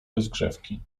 rozgrzewki